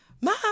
mom